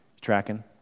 Tracking